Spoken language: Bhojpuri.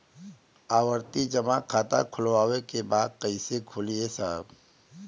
आवर्ती जमा खाता खोलवावे के बा कईसे खुली ए साहब?